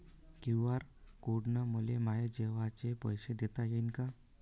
QR code न मले माये जेवाचे पैसे देता येईन का?